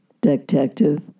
detective